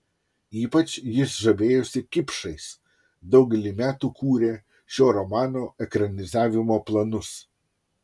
ypač jis žavėjosi kipšais daugelį metų kūrė šio romano ekranizavimo planus